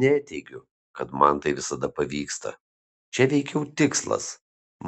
neteigiu kad man tai visada pavyksta čia veikiau tikslas